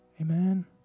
Amen